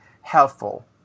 helpful